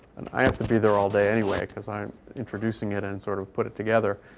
and i have to be there all day anyway because i'm introducing it and sort of put it together.